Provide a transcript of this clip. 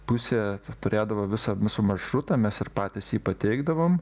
pusė turėdavo visą mūsų maršrutą mes ir patys jį pateikdavom